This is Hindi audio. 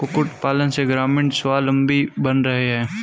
कुक्कुट पालन से ग्रामीण स्वाबलम्बी बन रहे हैं